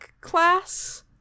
class